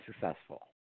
successful